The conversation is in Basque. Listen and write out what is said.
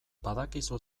badakizu